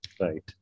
Right